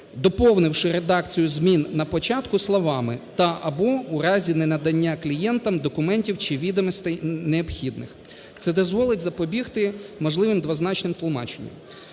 доповнивши редакцію змін на початку словами "та/або в разі ненадання клієнтам документів чи відомостей, необхідних…". Це дозволить запобігти можливим двозначним тлумаченням.